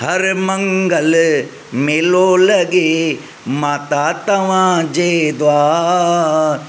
हर मंगल मेलो लॻे माता तव्हांजे द्वारु